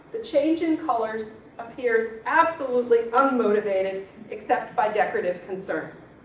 the change in colors appears absolutely unmotivated except by decorative concerns.